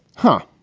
huh?